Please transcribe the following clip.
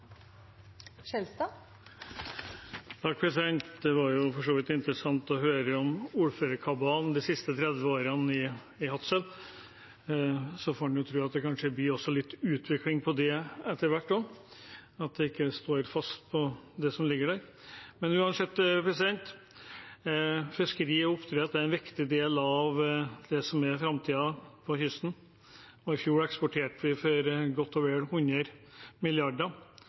Det var for så vidt interessant å høre om ordførerkabalen de siste 30 årene i Hadsel. Så får en tro det blir litt utvikling i det etter hvert også, at det ikke står fast på det som er der. Uansett: Fiskeri og oppdrett er en viktig del av framtiden på kysten. I fjor eksporterte vi for godt og vel 100